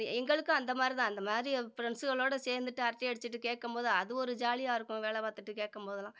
எங்களுக்கும் அந்த மாதிரி தான் அந்த மாதிரி ஃப்ரெண்ட்ஸ்களோடு சேர்ந்துகிட்டு அரட்டை அடிச்சுட்டு கேட்கும் போது அது ஒரு ஜாலியாக இருக்கும் வேலை பார்த்துட்டு கேட்கும் போதெல்லாம்